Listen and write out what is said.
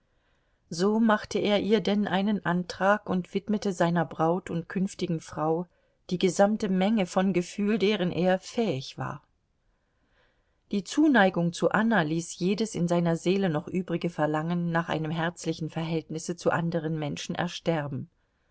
so machte er ihr denn einen antrag und widmete seiner braut und künftigen frau die gesamte menge von gefühl deren er fähig war die zuneigung zu anna ließ jedes in seiner seele noch übrige verlangen nach einem herzlichen verhältnisse zu anderen menschen ersterben